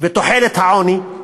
מתוחלת העוני,